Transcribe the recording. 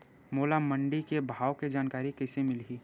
मोला मंडी के भाव के जानकारी कइसे मिलही?